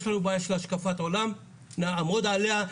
יש לנו בעיה של השקפת עולם; נעמוד עליה,